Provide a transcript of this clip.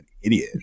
idiot